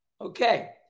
Okay